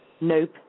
Nope